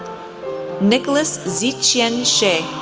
nicholas ziqian she,